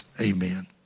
amen